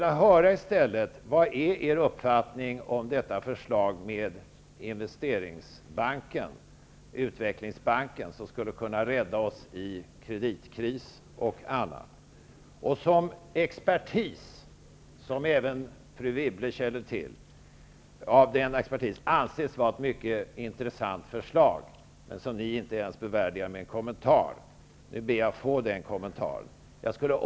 Jag vill i stället höra vad er uppfattning är om förslaget om investeringsbanken, den utvecklingbank som skulle kunna rädda oss vid kreditkris och annat. Detta anses av expertis, som även fru Wibble känner till, som ett mycket intressant förslag. Men det bevärdigar ni inte ens med en kommentar. Nu ber jag att få den kommentaren.